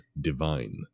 divine